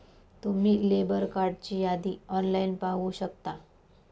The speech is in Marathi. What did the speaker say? तुम्ही लेबर कार्डची यादी ऑनलाइन पाहू शकता